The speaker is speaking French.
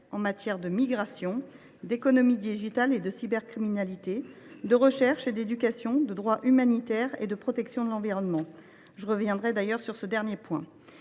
en matière de migrations, d’économie numérique et de cybercriminalité, de recherche et d’éducation, de droits humanitaires, ou encore de protection de l’environnement. Je reviendrai sur ce dernier point.